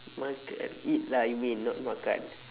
makan eat lah you mean not makan